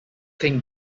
think